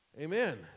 Amen